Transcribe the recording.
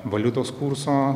valiutos kurso